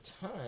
time